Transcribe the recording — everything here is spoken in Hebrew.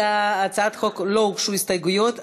להצעת החוק לא הוגשו הסתייגויות,